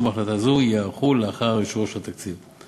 החלטה זו ייערכו לאחר אישורו של התקציב.